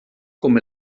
com